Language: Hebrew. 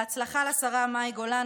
בהצלחה לשרה מאי גולן.